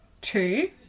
two